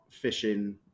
fishing